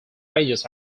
ranges